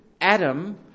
Adam